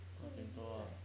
better ah